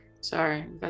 sorry